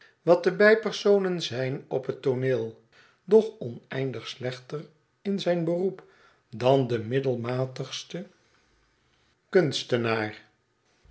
wat de bijpersonen zijn op het tooneel doch oneindig slechter in zijn beroep dan de middelmatigste